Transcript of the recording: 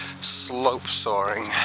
Slope-soaring